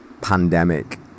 pandemic